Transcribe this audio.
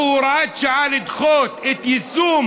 והוא הוראת שעה לדחות את יישום